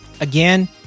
again